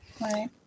right